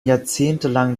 jahrzehntelang